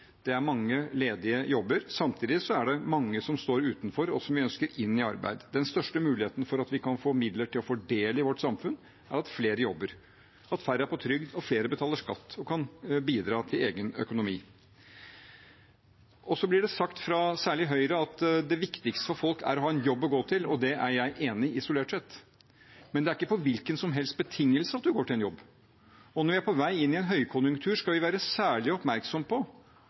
det er mange ledige jobber. Samtidig er det mange som står utenfor, og som vi ønsker inn i arbeid. Den største muligheten for at vi kan få midler til å fordele i vårt samfunn, er at flere jobber, at færre er på trygd, at flere betaler skatt og kan bidra til egen økonomi. Så blir det sagt fra særlig Høyre at det viktigste for folk er å ha en jobb å gå til. Det er jeg enig i isolert sett, men det er ikke på hvilken som helst betingelse at man går til en jobb. Når vi er på vei inn i en høykonjunktur, skal vi være særlig oppmerksom på